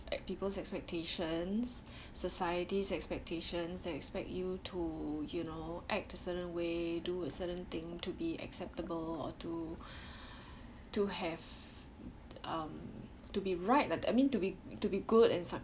people's expectations society's expectations they expect you to you know act a certain way do a certain thing to be acceptable or to to have um to be right like I mean to be to be good and